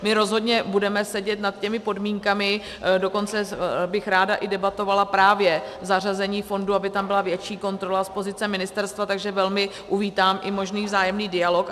My rozhodně budeme sedět nad těmi podmínkami, dokonce bych ráda debatovala i o zařazení fondu, aby tam byla větší kontrola z pozice ministerstva, takže velmi uvítám i možný vzájemný dialog.